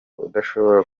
udashobora